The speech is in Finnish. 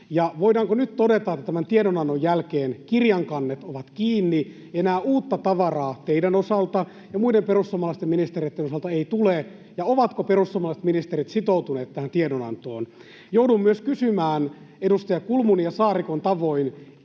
Voidaanko nyt todeta tämän tiedonannon jälkeen, että kirjan kannet ovat kiinni, enää uutta tavaraa teidän osaltanne ja muiden perussuomalaisten ministereitten osalta ei tule, ja ovatko perussuomalaiset ministerit sitoutuneet tähän tiedonantoon? Joudun myös kysymään edustaja Kulmunin ja Saarikon tavoin